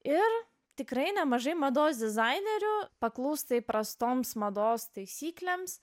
ir tikrai nemažai mados dizainerio paklūsta įprastoms mados taisyklėms